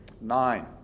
Nine